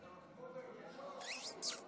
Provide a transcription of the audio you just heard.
הוא לא מצלם.